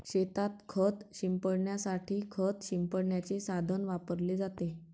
शेतात खत शिंपडण्यासाठी खत शिंपडण्याचे साधन वापरले जाते